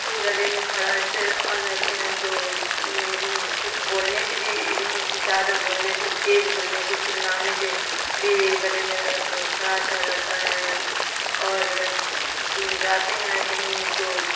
گلے میں خراش آ جاتے ہیں تو کچھ بولنے سے بھی زیادہ بولنے سے تیز بولنے سے چلانے شے بھی گلے میں خراش آ جاتا ہے اور جاتے ہیں کہیں تو